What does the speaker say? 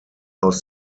aus